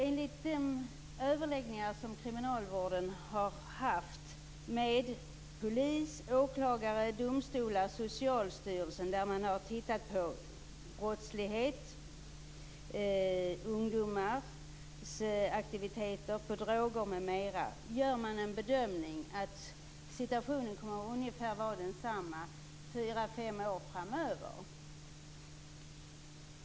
Enligt de överläggningar som kriminalvården har haft med polis, åklagare, domstolar och Socialstyrelsen där man har tittat på brottslighet, ungdomars aktiviteter, droger m.m. gör man den bedömningen att situationen kommer att vara ungefär densamma 4-5 år framöver.